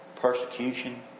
Persecution